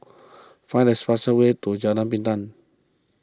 find this fast way to Jalan Pinang